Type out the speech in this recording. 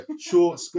short